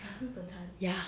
ya